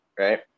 Right